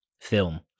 film